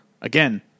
again